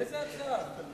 איזה הצעה?